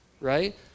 right